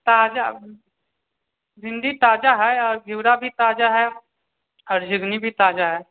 ताजा भिन्डी ताजा हइ आओर घिवड़ा भी ताजा हइ आओर घीबही भी ताजा हइ